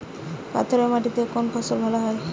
পাথরে মাটিতে কোন ফসল ভালো হয়?